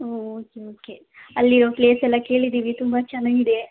ಹ್ಞೂ okay okay ಅಲ್ಲಿರೋ ಪ್ಲೇಸೆಲ್ಲ ಕೇಳಿದ್ದೀವಿ ತುಂಬ ಚೆನ್ನಾಗಿದೆ